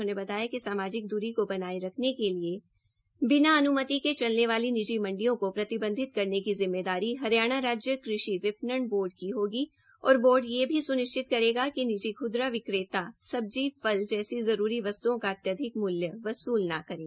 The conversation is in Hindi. उन्होंने बताया कि सामाजिक दूरी को बनाये रखने के लिए बिना अन्मति के चलने वाली निजी मंडियों को प्रतिबंधित करने की जिम्मेदारी हरियाणा राज्य कृषि विपणन बोर्ड की होगी और बोर्ड ये भी सुनिश्चित करेगा कि निजी ख्दरा विक्रता सब्जी फल जैसी जरूरी वस्त्ओं का अत्याधिक मूल्य वसूल न करे